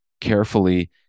carefully